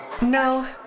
No